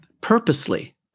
purposely